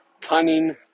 cunning